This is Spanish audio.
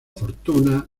fortuna